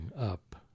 up